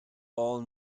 all